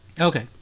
Okay